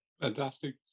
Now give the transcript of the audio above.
Fantastic